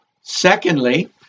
Secondly